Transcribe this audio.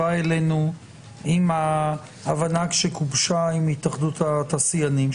באו אלינו עם ההבנה שגובשה עם התאחדות התעשיינים,